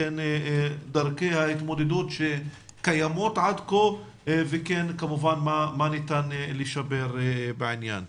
דרכי ההתמודדות שקיימות עד כה ומה ניתן לשפר בעניין.